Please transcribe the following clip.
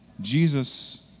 Jesus